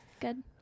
Good